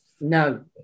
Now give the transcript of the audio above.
No